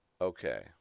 Okay